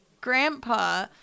grandpa